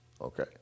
okay